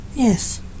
Yes